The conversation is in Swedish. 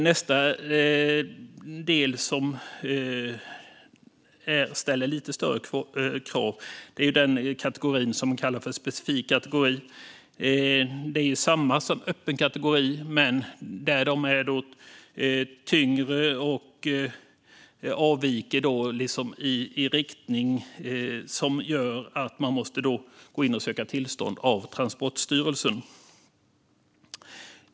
Nästa del som ställer lite större krav är den kategori som kallas specifik kategori. Det är detsamma som öppen kategori, men drönarna är tyngre och avviker i riktning, vilket gör att man måste söka tillstånd hos Transportstyrelsen.